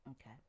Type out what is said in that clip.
Okay